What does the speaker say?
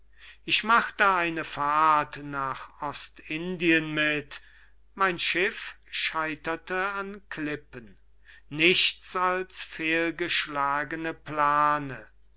ich machte eine fahrt nach ostindien mit mein schiff scheiterte an klippen nichts als fehlgeschlagene plane